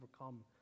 overcome